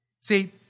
See